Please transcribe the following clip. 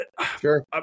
Sure